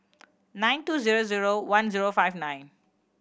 nine two zero zero one zero five nine